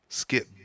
skip